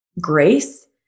grace